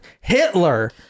Hitler